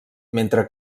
mentre